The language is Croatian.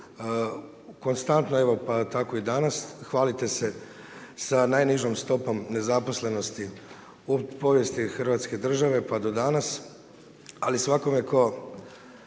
Konstantno evo, tako i danas, hvalite se sa najnižom stopom nezaposlenosti u povijesti hrvatske države pa do danas, ali svakome tko